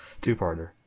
two-parter